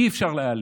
אי-אפשר להעלים.